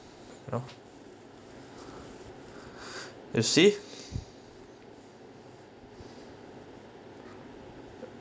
loh you see